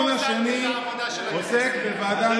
חוצפה.